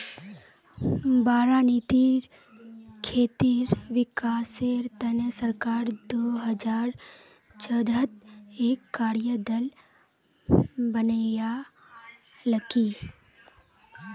बारानीत खेतीर विकासेर तने सरकार दो हजार चौदहत एक कार्य दल बनैय्यालकी